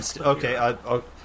okay